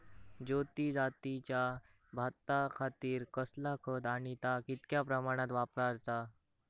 ज्योती जातीच्या भाताखातीर कसला खत आणि ता कितक्या प्रमाणात वापराचा?